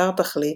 חסר תכלית,